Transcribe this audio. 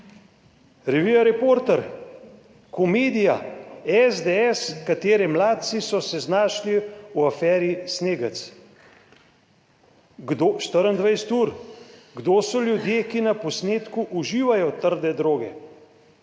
Revija Reporter: Komedija SDS, katere mladci so se znašli v aferi Snegec. 24 ur: Kdo so ljudje, ki na posnetku uživajo trde droge?